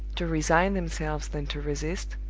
to resign themselves than to resist,